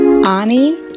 Ani